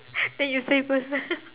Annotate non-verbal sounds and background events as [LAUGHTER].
[LAUGHS] then you say first [LAUGHS]